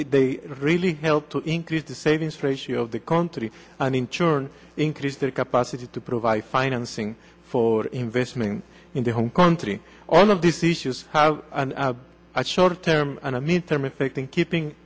they really help to increase the savings ratio of the country and in turn increase their capacity to provide financing for investment in their home country all of these issues have a short term and a mid term effect in keeping